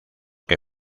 que